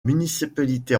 municipalité